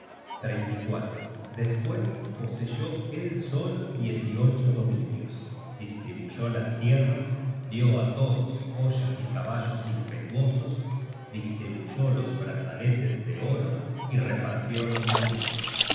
book search generated at despues poseyó él solo diez y ocho dominios distribuyó las tierras dió á todos joyas y caballos impetuosos distribuyó los brazaletes de oro y repartió los anillos